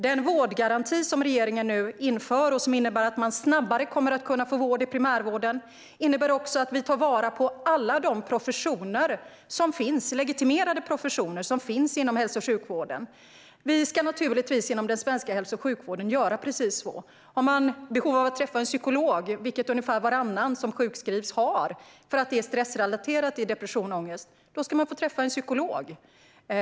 Den vårdgaranti som regeringen nu inför innebär att man snabbare kommer att kunna få vård inom primärvården. Den innebär också att vi tar till vara alla legitimerade professioner som finns inom hälso och sjukvården. Det är precis vad den svenska hälso och sjukvården ska göra. Om man har behov av att träffa en psykolog, vilket ungefär varannan person som sjukskrivs har, på grund av stressrelaterad depression och ångest, ska man få träffa en psykolog.